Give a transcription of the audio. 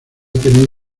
tenido